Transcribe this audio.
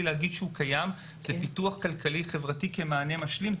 להגיד שהוא קיים זה פיתוח כלכלי חברתי כמענה משלים.